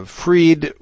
freed